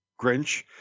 Grinch